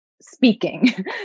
speaking